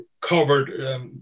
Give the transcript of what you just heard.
covered